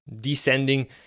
descending